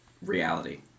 Reality